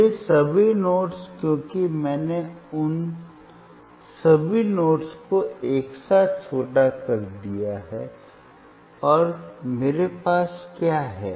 ये सभी नोड्स क्योंकि मैंने उन सभी नोड्स को एक साथ छोटा कर दिया है और मेरे पास क्या है